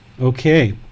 Okay